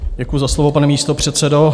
Děkuji za slovo, pane místopředsedo.